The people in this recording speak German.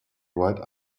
ride